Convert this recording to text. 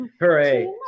Hooray